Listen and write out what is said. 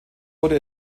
wurde